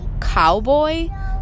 Cowboy